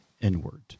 inward